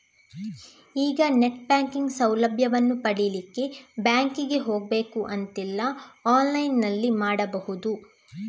ಈಗ net banking ಸೌಲಭ್ಯವನ್ನು ಪಡೀಲಿಕ್ಕೆ ಬ್ಯಾಂಕಿಗೆ ಹೋಗ್ಬೇಕು ಅಂತಿಲ್ಲ ಆನ್ಲೈನಿನಲ್ಲಿ ಮಾಡ್ಬಹುದು